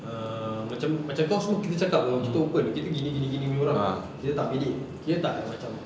um macam macam kau semua kita cakap [pe] kita open kita gini gini gini punya orang kita tak bedek kita tak macam